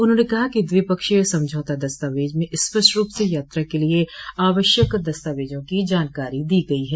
उन्होंने कहा कि द्विपक्षीय समझौता दस्तावेज में यह स्पष्ट रूप से यात्रा के लिए आवश्यक दस्तावेजों की जानकारी दी गई है